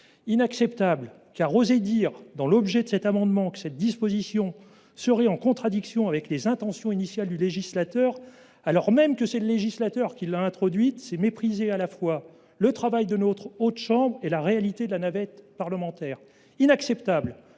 Inacceptable, car oser dire, dans votre exposé des motifs de cet amendement, que cette disposition serait « en contradiction avec les intentions initiales du législateur », alors même que c’est le législateur qui l’a introduite, c’est mépriser à la fois le travail de la Haute Assemblée et la réalité de la navette parlementaire. Inacceptable,